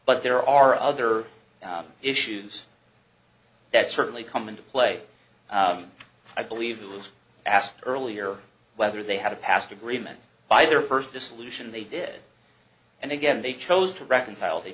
but there are other issues that certainly come into play i believe was asked earlier whether they had a past agreement by their first dissolution they did and again they chose to reconcile they